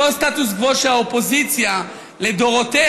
אותו סטטוס קוו שהאופוזיציה לדורותיה,